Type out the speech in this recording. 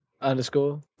underscore